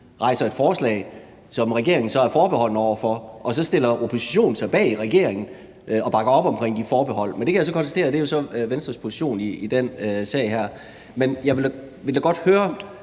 rejser et forslag, som regeringen er forbeholden over for, og så stiller oppositionen sig bag regeringen og bakker op om de forbehold. Men det kan jeg så konstatere er Venstres position i den sag her. Jeg er glad for den